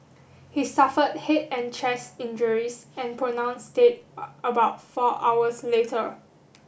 he suffered head and chest injuries and pronounced dead about four hours later